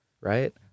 right